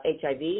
HIV